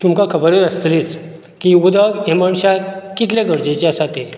तुमकां खबरूच आसतलीच की उदक हें मनशाक कितलें गरजेचें आसा तें